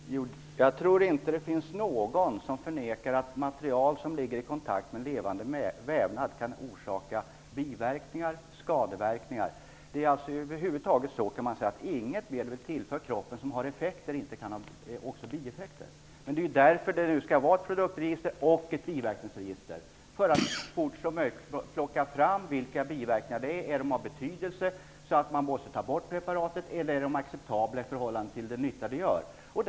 Herr talman! Jag tror inte att det finns någon som förnekar att material som ligger i kontakt med levande vävnad kan orsaka biverkningar och skador. Det finns inget medel som tillförs kroppen och som har effekt som inte också kan ha en bieffekt. Därför skall man ha ett biverkningsregister och ett produktregister. Då kan man så snabbt som möjligt få fram vilka biverkningarna är. Frågan är om biverkningarna är av betydelse så att man måste ta bort preparatet eller om de är acceptabla i förhållande till den nytta preparatet gör.